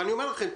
אני אומר לכם,